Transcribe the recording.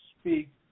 speak